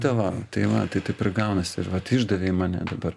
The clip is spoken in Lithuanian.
tai va tai va tai taip ir gaunasi ir vat išdavei mane dabar